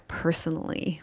personally